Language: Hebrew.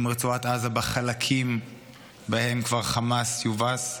רצועת עזה בחלקים שבהם חמאס כבר יובס.